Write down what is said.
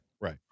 Right